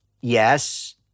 Yes